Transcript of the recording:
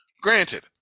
granted